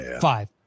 Five